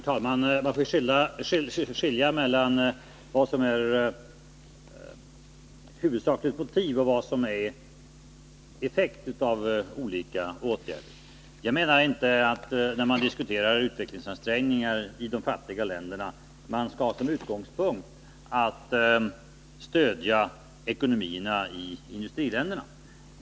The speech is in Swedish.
Herr talman! Man får skilja mellan vad som är det huvudsakliga motivet för olika åtgärder och vad som är effekten av dem. Jag menar inte att man när man diskuterar utvecklingsansträngningarna i de fattiga länderna skall ha som utgångspunkt att stödja ekonomierna i industriländerna.